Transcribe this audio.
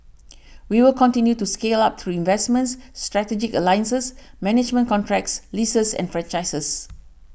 we will continue to scale up through investments strategic alliances management contracts leases and franchises